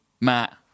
Matt